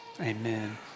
amen